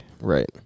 Right